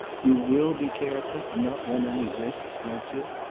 you will be careful and not run any risks, won't you?